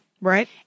Right